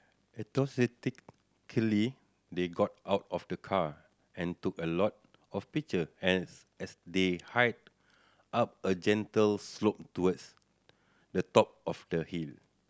enthusiastically they got out of the car and took a lot of picture as as they hiked up a gentle slope towards the top of the hill